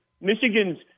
Michigan's